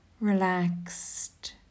Relaxed